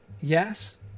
Yes